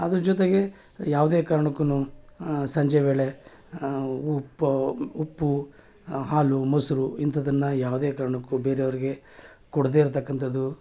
ಅದ್ರ ಜೊತೆಗೆ ಯಾವುದೇ ಕಾರಣಕ್ಕೂ ಸಂಜೆ ವೇಳೆ ಉಪ್ಪು ಉಪ್ಪು ಹಾಲು ಮೊಸರು ಇಂಥದ್ದನ್ನ ಯಾವುದೇ ಕಾರಣಕ್ಕೂ ಬೇರೆಯವರಿಗೆ ಕೊಡದೇ ಇರತಕ್ಕಂಥದ್ದು